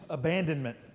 Abandonment